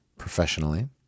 Professionally